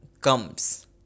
comes